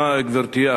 תודה, גברתי.